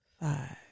Five